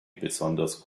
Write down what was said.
besonders